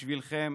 בשבילכם,